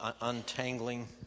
untangling